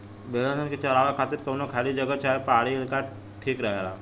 भेड़न के चरावे खातिर कवनो खाली जगह चाहे पहाड़ी इलाका ठीक रहेला